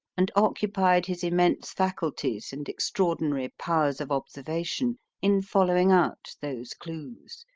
and occupied his immense faculties and extraordinary powers of observation in following out those clues,